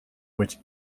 which